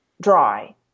dry